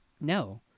No